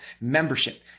membership